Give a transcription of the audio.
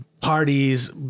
Parties